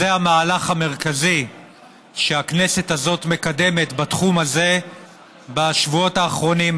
זה המהלך המרכזי שהכנסת הזאת מקדמת בתחום הזה בשבועות האחרונים,